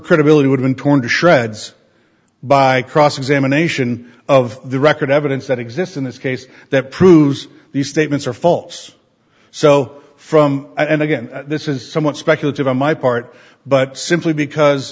credibility would been torn to shreds by cross examination of the record evidence that exists in this case that proves these statements are false so from and again this is somewhat speculative on my part but simply because